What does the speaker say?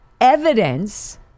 evidence